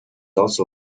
also